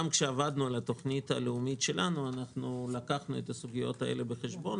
גם כשעבדנו על התוכנית הלאומית שלנו לקחנו את הסוגיות האלה בחשבון,